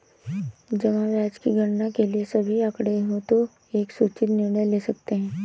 जमा ब्याज की गणना के लिए सभी आंकड़े हों तो एक सूचित निर्णय ले सकते हैं